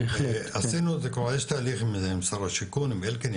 יש תהליך עם משרד השיכון עם אלקין,